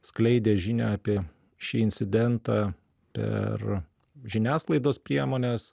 skleidė žinią apie šį incidentą per žiniasklaidos priemones